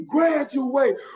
Graduate